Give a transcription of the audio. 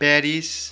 Paris